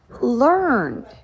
learned